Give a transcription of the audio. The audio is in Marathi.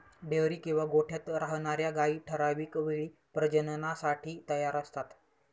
डेअरी किंवा गोठ्यात राहणार्या गायी ठराविक वेळी प्रजननासाठी तयार असतात